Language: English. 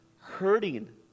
hurting